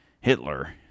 Hitler